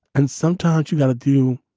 and sometimes you've got to do